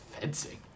Fencing